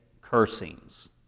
cursings